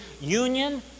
union